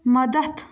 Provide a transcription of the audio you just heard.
مدد